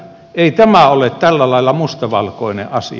ei tämä ole tällä lailla mustavalkoinen asia